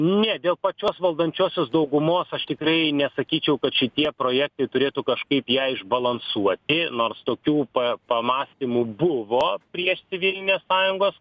ne dėl pačios valdančiosios daugumos aš tikrai nesakyčiau kad šitie projektai turėtų kažkaip ją išbalansuoti nors tokių pa pamąstymų buvo prieš civilinės sąjungos